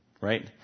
right